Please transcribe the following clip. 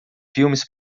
filmes